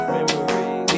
Memories